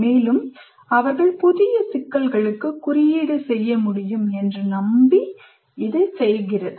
மேலும் அவர்கள் புதிய சிக்கல்களுக்கு குறியீடு செய்யமுடியும் என்று நம்பி இதைச் செய்கிறது